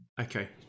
Okay